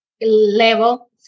level